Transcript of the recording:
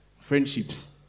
friendships